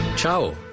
Ciao